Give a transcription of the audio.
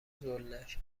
زلنر